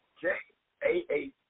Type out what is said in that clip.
J-A-A